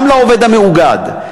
גם לעובד המאוגד.